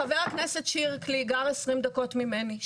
ח"כ שיקלי גר 20 דקות ממני,